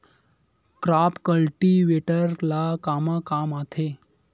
Crop cultivator ला कमा काम आथे?